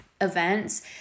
events